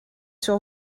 sur